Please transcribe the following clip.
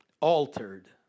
altered